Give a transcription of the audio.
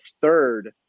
third